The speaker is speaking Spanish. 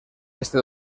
este